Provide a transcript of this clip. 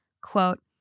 quote